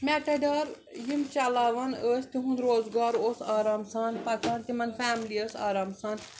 Matador یِم چَلاوان ٲسۍ تِہُنٛد روزگار اوس آرام سان پَکان تِمَن فیملی ٲس آرام سان